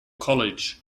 college